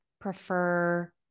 prefer